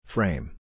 Frame